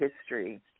history